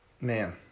Man